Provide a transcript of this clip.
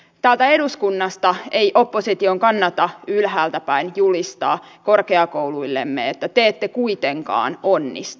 täältä eduskunnasta ei opposition kannata ylhäältäpäin julistaa korkeakouluillemme että te ette kuitenkaan onnistu